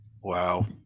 Wow